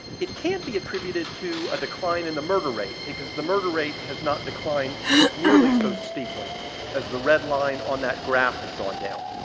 it can't be attributed to a decline in the murder rate, because the murder rate has not declined nearly so steeply as the red line on that graph has gone down.